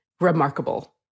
remarkable